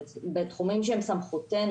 בתחומים שזו סמכותנו,